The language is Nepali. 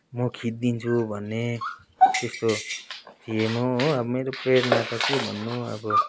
म खिचिदिन्छु भन्ने त्यस्तो थिएँ म हो अब मेरो प्रेरणा त के भन्नु अब